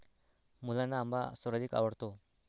मुलांना आंबा सर्वाधिक आवडतो